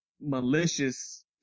malicious